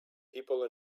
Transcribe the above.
people